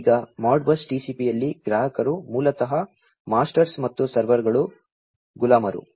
ಈಗ Modbus TCP ಯಲ್ಲಿ ಗ್ರಾಹಕರು ಮೂಲತಃ ಮಾಸ್ಟರ್ಸ್ ಮತ್ತು ಸರ್ವರ್ಗಳು ಗುಲಾಮರು